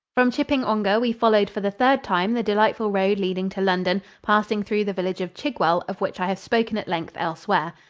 from chipping-ongar we followed for the third time the delightful road leading to london, passing through the village of chigwell, of which i have spoken at length elsewhere.